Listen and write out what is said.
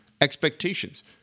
expectations